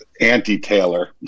anti-Taylor